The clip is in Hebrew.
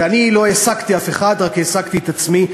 ואני לא העסקתי אף אחד, רק העסקתי את עצמי.